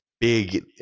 Big